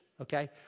okay